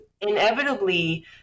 inevitably